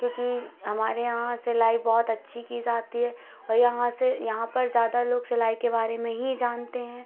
क्योंकि हमारे यहाँ सिलाई बहुत अच्छी की जाती है और यहाँ से यहाँ पर ज्यादा लोग सिलाई के बारे में ही जानते हैं